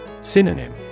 Synonym